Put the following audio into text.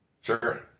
Sure